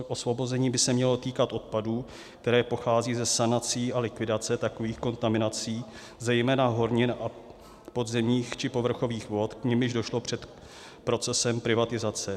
Osvobození by se mělo týkat odpadů, které pocházejí ze sanací a likvidace takových kontaminací, zejména hornin a podzemních či povrchových vod, k nimž došlo před procesem privatizace.